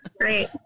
Great